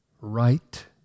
right